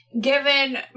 Given